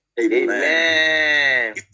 Amen